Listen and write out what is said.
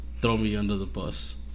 throw-me-under-the-bus